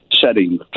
setting